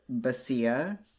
Basia